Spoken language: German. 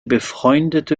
befreundete